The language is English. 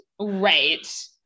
Right